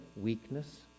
weakness